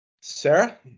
Sarah